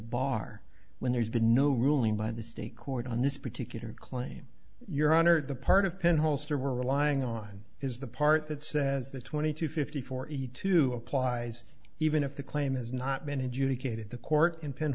bar when there's been no ruling by the state court on this particular claim your honor the part of pin holster we're relying on is the part that says that twenty to fifty for each to applies even if the claim has not been adjudicated the court in penn